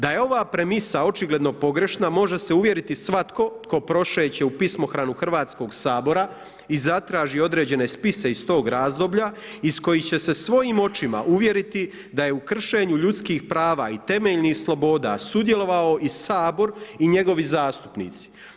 Da je ova premisa očigledno pogrešna može se uvjeriti svatko tko prošeće u pismohranu Hrvatskoga sabora i zatraži određene spise iz tog razdoblja iz kojih će se svojim očima uvjeriti da je u kršenju ljudskih prava i temeljnih sloboda sudjelovao i Sabor i njegovi zastupnici.